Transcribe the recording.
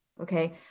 Okay